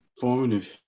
formative